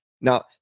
Now